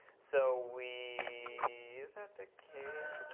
so we is that the case?